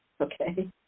Okay